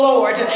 Lord